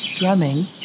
drumming